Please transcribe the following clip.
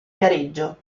viareggio